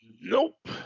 nope